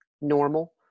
normal